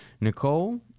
nicole